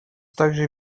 также